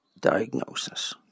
diagnosis